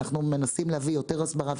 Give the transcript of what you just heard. אנחנו מנסים להביא יותר הסברה,